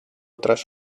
otras